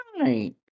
right